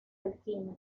alquimia